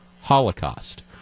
holocaust